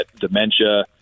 dementia